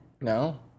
No